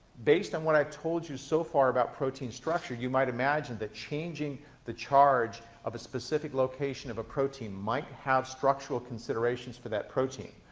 based on what i told you so far about protein structure, you might imagine that changing the charge of a specific location of a protein might have structural considerations for that protein.